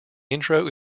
intro